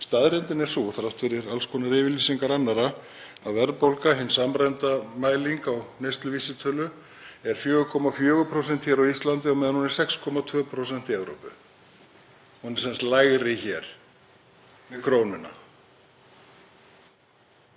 Staðreyndin er sú, þrátt fyrir alls konar yfirlýsingar annarra, að verðbólga, hin samræmda mæling á neysluvísitölu, er 4,4% á Íslandi á meðan hún er 6,2% í Evrópu. Hún er sem sagt lægri hér með krónuna.